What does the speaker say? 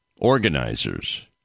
organizers